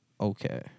Okay